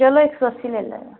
चलो इक सौ अस्सी ले लैयो